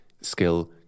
skill